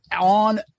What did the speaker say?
on